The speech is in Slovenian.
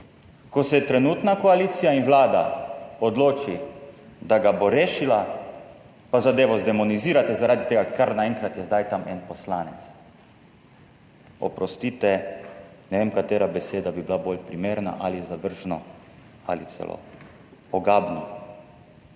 ko se trenutna koalicija in vlada odloči, da ga bo rešila, pa zadevo zdemonizirate. Zaradi tega ker kar naenkrat je zdaj tam en poslanec. Oprostite, ne vem, katera beseda bi bila bolj primerna, ali zavržno ali celo ogabno.